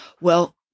Well